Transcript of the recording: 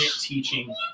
teaching